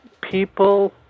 people